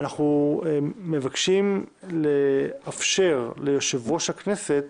אנחנו מבקשים לאפשר ליושב-ראש הכנסת